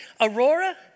Aurora